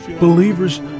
Believers